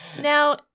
Now